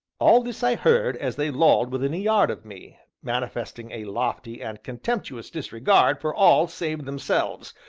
all this i heard as they lolled within a yard of me, manifesting a lofty and contemptuous disregard for all save themselves,